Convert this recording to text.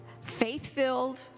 faith-filled